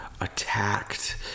attacked